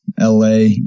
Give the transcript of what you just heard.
LA